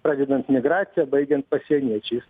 pradedant migracija baigiant pasieniečiais